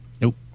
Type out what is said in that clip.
Nope